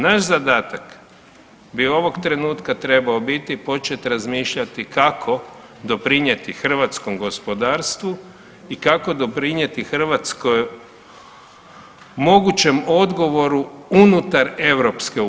Naš zadatak bi ovog trenutka trebao biti početi razmišljati kako doprinijeti hrvatskom gospodarstvu i kako doprinijeti hrvatskom mogućem odgovoru unutar EU.